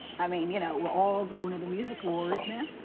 i mean you know we're all going to the music awards, man.